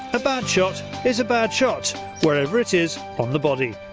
a bad shot is a bad shot wherever it is on the body.